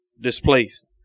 displaced